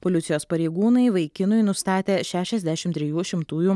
policijos pareigūnai vaikinui nustatė šešiasdešimt trijų šimtųjų